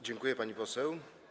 Dziękuję, pani poseł.